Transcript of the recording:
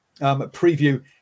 preview